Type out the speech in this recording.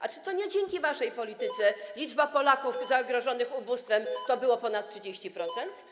A czy to nie dzięki waszej polityce odsetek Polaków zagrożonych ubóstwem sięgał ponad 30%?